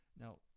Now